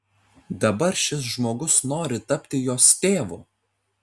dabar šis žmogus nori tapti jos tėvu